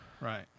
right